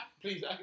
Please